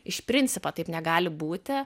iš principo taip negali būti